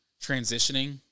transitioning